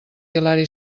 hilari